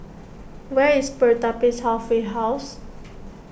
where is Pertapis Halfway House